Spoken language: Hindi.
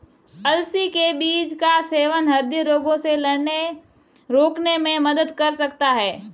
अलसी के बीज का सेवन हृदय रोगों से लड़ने रोकने में मदद कर सकता है